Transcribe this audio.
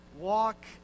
walk